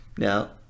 Now